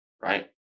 right